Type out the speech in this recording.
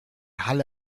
halle